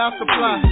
supply